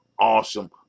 awesome